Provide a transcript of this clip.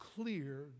clear